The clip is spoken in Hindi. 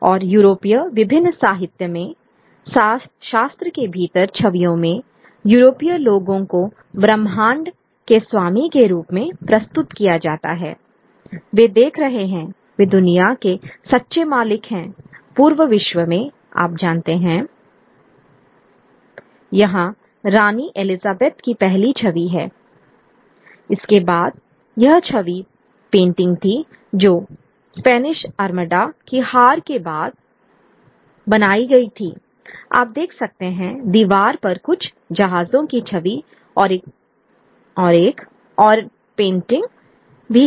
और यूरोपीय विभिन्न साहित्य में शास्त्र के भीतर छवियों में यूरोपीय लोगों को ब्रह्मांड के स्वामी के रूप में प्रस्तुत किया जाता है वे देख रहे हैं वे दुनिया के सच्चे मालिक हैं पूरे विश्व में आप जानते हैं यहां रानी एलिजाबेथ की पहली छवि है इसके बाद यह छवि पेंटिंग थी जो स्पेनिश आर्मडा की हार के बाद बनाई गई थी I आप देख सकते हैं दीवार पर कुछ जहाजों की छवि और एक और पेंटिंग भी है